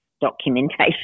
documentation